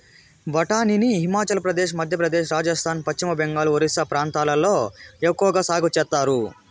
బఠానీని హిమాచల్ ప్రదేశ్, మధ్యప్రదేశ్, రాజస్థాన్, పశ్చిమ బెంగాల్, ఒరిస్సా ప్రాంతాలలో ఎక్కవగా సాగు చేత్తారు